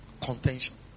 Contention